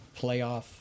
playoff